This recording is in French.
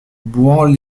bouhans